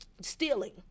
stealing